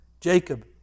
Jacob